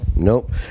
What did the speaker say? nope